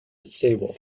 sable